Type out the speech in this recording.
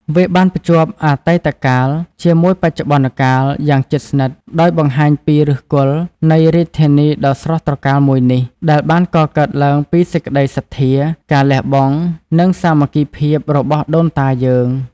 វាបានភ្ជាប់ អតីតកាលជាមួយបច្ចុប្បន្នកាល យ៉ាងជិតស្និទ្ធ ដោយបង្ហាញពី ឫសគល់នៃរាជធានីដ៏ស្រស់ត្រកាលមួយនេះ ដែលបានកកើតឡើងពីសេចក្តីសទ្ធា ការលះបង់ និងសាមគ្គីភាពរបស់ដូនតាយើង។